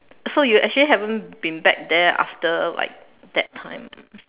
so you actually haven't been back there after like that time